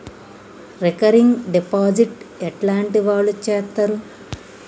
Recurring deposit ఎట్లాంటి వాళ్లు చేత్తరు?